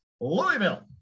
Louisville